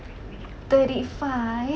thirty five